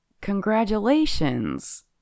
Congratulations